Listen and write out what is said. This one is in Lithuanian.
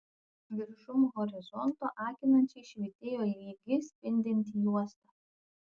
viršum horizonto akinančiai švytėjo lygi spindinti juosta